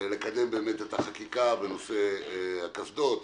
לקדם את החקיקה בנושא הקסדות,